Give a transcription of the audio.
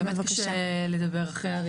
באמת קשה לדבר אחרי א'.